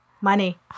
Money